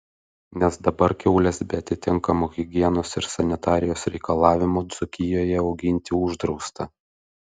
nes dabar kiaules be atitinkamų higienos ir sanitarijos reikalavimų dzūkijoje auginti uždrausta